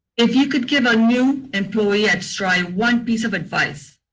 if you could give a new employee at stri one piece of advice,